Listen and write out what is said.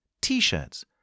t-shirts